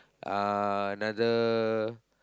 uh another